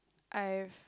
I've